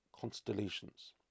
constellations